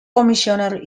commissioner